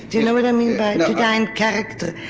do you know what i mean by to die in character?